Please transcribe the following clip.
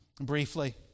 briefly